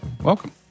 Welcome